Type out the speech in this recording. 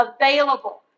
available